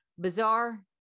bizarre